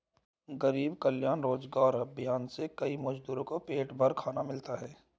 गरीब कल्याण रोजगार अभियान से कई मजदूर को पेट भर खाना मिला है